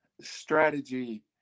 strategy